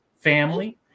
family